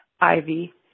Ivy